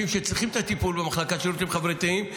שצריכים את הטיפול במחלקה לשירותים חברתיים.